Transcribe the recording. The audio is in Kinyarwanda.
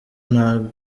nta